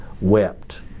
wept